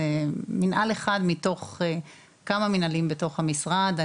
זה מינהל אחד מתוך כמה מינהלים בתוך המשרד.